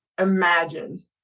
imagine